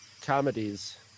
comedies